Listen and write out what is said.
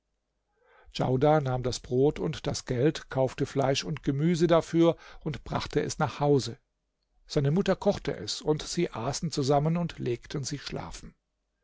djaudar nahm das brot und das geld kaufte fleisch und gemüse dafür und brachte es nach hause seine mutter kochte es und sie aßen zusammen und legten sich schlafen